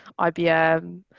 ibm